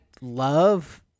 love